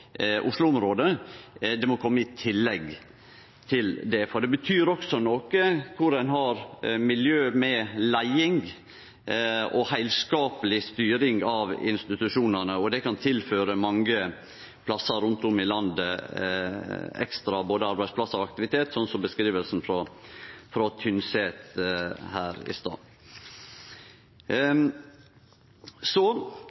Det må kome i tillegg til det, for det betyr også noko kor ein har miljø med leiing og heilskapleg styring av institusjonane. Det kan tilføre mange plassar rundt om i landet ekstra både arbeidsplassar og aktivitet, sånn som beskrivinga frå Tynset her i stad.